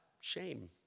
Shame